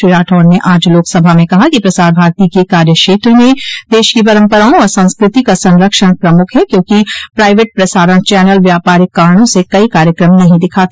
श्री राठौड़ ने आज लोक सभा में कहा कि प्रसार भारती के कार्यक्षेत्र म देश की परंपराओं और संस्कृति का संरक्षण प्रमुख है क्योंकि प्राइवेट प्रसारण चैनल व्यापारिक कारणों से कई कार्यक्रम नहीं दिखाते